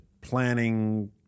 planning